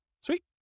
Sweet